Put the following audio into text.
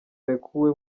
arekuwe